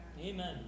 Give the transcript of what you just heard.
Amen